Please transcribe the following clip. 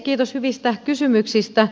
kiitos hyvistä kysymyksistä